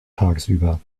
tagsüber